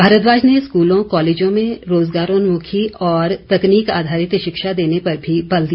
भारद्वाज ने स्कूलों कॉलेजों में रोज़गारोन्मुखी और तकनीक आधारित शिक्षा देने पर भी बल दिया